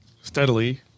steadily